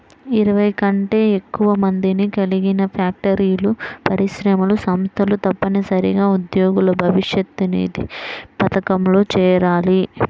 ఇరవై కంటే ఎక్కువ మందిని కలిగిన ఫ్యాక్టరీలు, పరిశ్రమలు, సంస్థలు తప్పనిసరిగా ఉద్యోగుల భవిష్యనిధి పథకంలో చేరాలి